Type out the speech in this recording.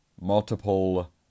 multiple